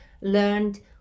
learned